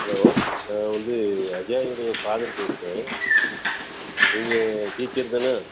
hello நான் வந்து அஜய் உடைய ஃபாதர் பேசுகிறேன் நீங்கள் டீச்சர் தானா